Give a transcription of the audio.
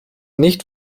nicht